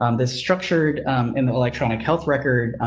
um this structured in the electronic health record,